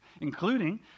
including